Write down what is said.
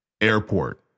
airport